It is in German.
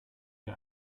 der